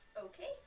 Okay